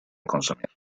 consumir